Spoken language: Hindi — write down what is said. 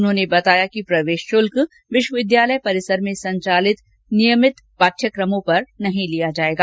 उन्होंने बताया कि प्रवेश शुल्क विश्वविद्यालय परिसर में संचालित नियमित पाठ्यक्रमों में प्रवेश पर नहीं लिया जाएगा